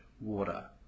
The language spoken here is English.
water